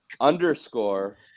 underscore